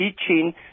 teaching